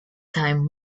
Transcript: time